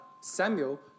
Samuel